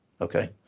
okay